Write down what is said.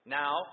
now